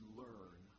learn